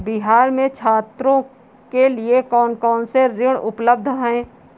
बिहार में छात्रों के लिए कौन कौन से ऋण उपलब्ध हैं?